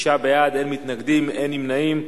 שישה בעד, אין מתנגדים, אין נמנעים.